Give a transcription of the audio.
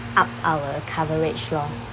up our coverage lor